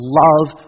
love